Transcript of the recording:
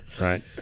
right